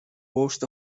worst